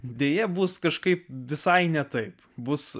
deja bus kažkaip visai ne taip bus